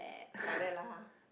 like that lah